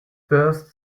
burst